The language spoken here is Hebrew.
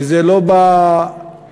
וזה לא בא לאיום.